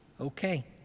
Okay